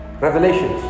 Revelations